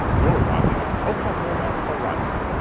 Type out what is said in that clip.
you're watching oklahoma horizon,